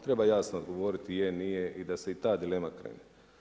Treba jasno odgovoriti je, nije i da se ta dilema okrene.